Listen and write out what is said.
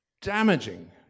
damaging